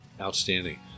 Outstanding